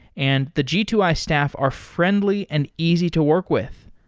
and the g two i staff are friendly and easy to work with.